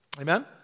Amen